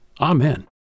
Amen